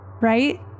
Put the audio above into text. right